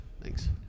Thanks